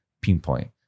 pinpoint